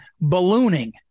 ballooning